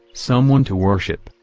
someone to worship,